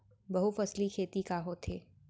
बहुफसली खेती का होथे?